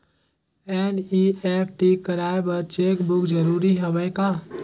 NEFT कराय बर cheque book जरूरी हवय का?